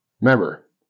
Remember